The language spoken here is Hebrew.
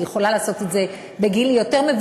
היא יכולה לעשות את זה יותר מאוחר,